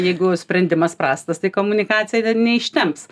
jeigu sprendimas prastas tai komunikacija neištemps